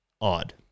Odd